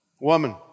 woman